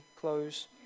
close